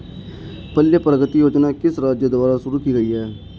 पल्ले प्रगति योजना किस राज्य द्वारा शुरू की गई है?